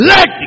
Let